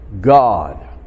God